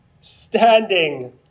standing